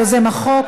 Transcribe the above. יוזם החוק,